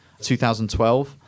2012